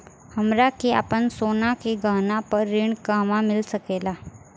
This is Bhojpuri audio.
हमरा के आपन सोना के गहना पर ऋण कहवा मिल सकेला?